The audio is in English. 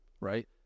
right